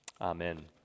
Amen